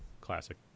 classic